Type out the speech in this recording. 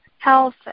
health